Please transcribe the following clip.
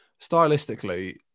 stylistically